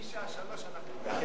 ההצעה להעביר את הנושא